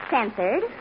Censored